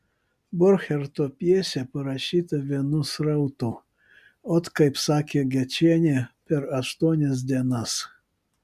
borcherto pjesė parašyta vienu srautu ot kaip sakė gečienė per aštuonias dienas